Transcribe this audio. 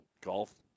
Golf